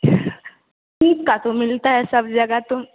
तीस का तो मिलता है सब जगह तो